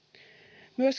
myös